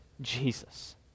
Jesus